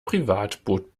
privatboot